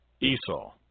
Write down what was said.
Esau